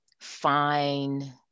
fine